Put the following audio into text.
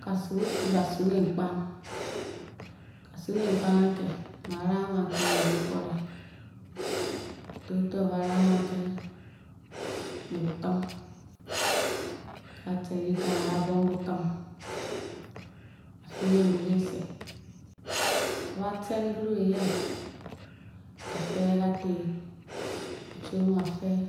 Ka su boki ka su ben pka ka su be pkang ke mba rahk kan ke re kole nkele ofor mbe ba lam kan ke le bokem uka ka ter le lakan ba ra bouk bokem a fe lem bi ke seh oba ten ten kelu yen o feir le ka tee odu omu o feir